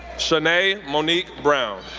chaunnay monique brown,